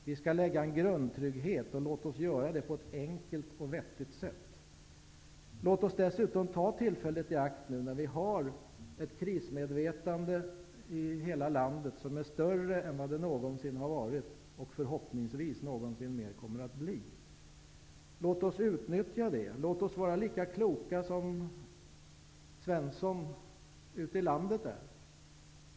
Vi skall skapa en grundtrygghet. Låt oss göra det på ett enkelt och vettigt sätt. Låt oss dessutom ta tillfället i akt nu när vi har ett krismedvetande i hela landet som är större än det någonsin har varit -- och förhoppningsvis någonsin mer kommit att bli. Låt oss utnyttja det. Låt oss vara lika kloka som Svensson ute i landet är.